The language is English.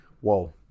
whoa